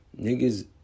niggas